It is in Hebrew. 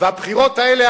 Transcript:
והבחירות האלה,